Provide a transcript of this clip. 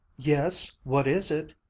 yes, what is it?